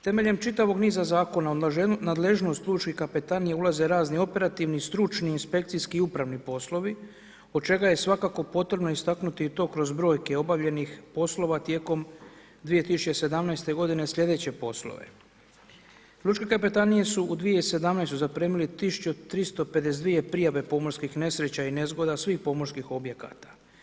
Temeljem čitavog niza zakona nadležnost lučkih kapetanije ulaze razni operativni, stručni i inspekcijski i upravni poslovi od čega je svakako potrebno istaknuti to kroz brojke obavljenih poslova tijekom 2017. godine sljedeće poslove: Lučke kapetanije su u 2017. zaprimili 1352 prijave pomorskih nesreća i nezgoda svih pomorskih objekata.